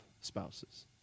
spouses